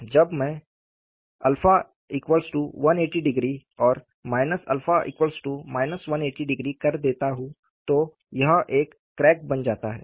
जब मैं 𝜶1800 और 𝜶 1800 कर देता हूं तो यह एक क्रैक बन जाता है